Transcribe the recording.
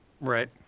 right